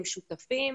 עם שותפים,